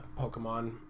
Pokemon